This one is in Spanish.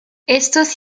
estos